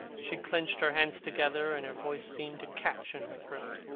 she clenched her hands together, and her voice seemed to catch in her throat.